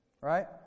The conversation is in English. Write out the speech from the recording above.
Right